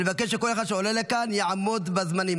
שכל אחד שעולה לכאן יעמוד בזמנים.